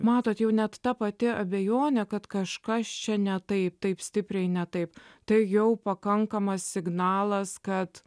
matot jau net ta pati abejonė kad kažkas čia ne taip taip stipriai ne taip tai jau pakankamas signalas kad